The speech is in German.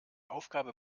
aufgabe